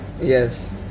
Yes